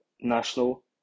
national